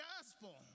gospel